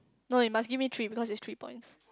no you must give me three because it's three points